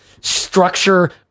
structure